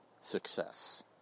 success